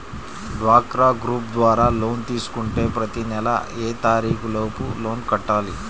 డ్వాక్రా గ్రూప్ ద్వారా లోన్ తీసుకుంటే ప్రతి నెల ఏ తారీకు లోపు లోన్ కట్టాలి?